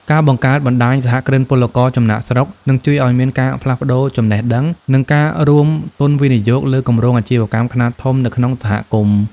ការបង្កើត "បណ្ដាញសហគ្រិនពលករចំណាកស្រុក" នឹងជួយឱ្យមានការផ្លាស់ប្តូរចំណេះដឹង និងការរួមទុនវិនិយោគលើគម្រោងអាជីវកម្មខ្នាតធំនៅក្នុងសហគមន៍។